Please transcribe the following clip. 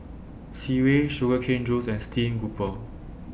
Sireh Sugar Cane Juice and Stream Grouper